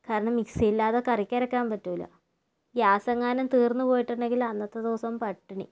കാരണം മിക്സി ഇല്ലാതെ കറിക്കരയ്ക്കാൻ പറ്റില്ല ഗ്യാസെങ്ങാനും തീർന്നുപോയിട്ടുണ്ടെങ്കിൽ അന്നത്തെ ദിവസം പട്ടിണി